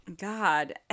god